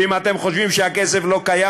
ואם אתם חושבים שהכסף לא קיים,